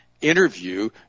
interview